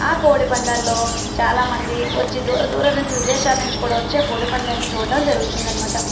ఆ కోడి పందాల్లో చాలా మంది వచ్చి దూర దూర నుంచి విదేశాల నుంచి కూడా వచ్చి ఆ కోడి పందాలను చూడటం జరుగుతుందన్నమాట